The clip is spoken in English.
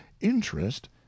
interest